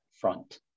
front